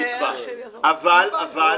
עזוב.